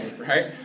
right